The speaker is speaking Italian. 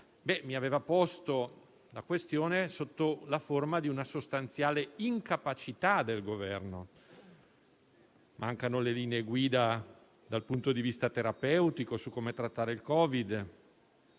ad analizzare la questione sotto forma di una sostanziale incapacità del Governo. Mancano le linee guida dal punto di vista terapeutico su come trattare il Covid-19